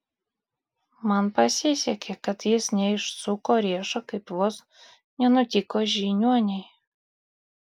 man pasisekė kad jis neišsuko riešo kaip vos nenutiko žiniuonei